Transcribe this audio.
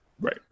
Right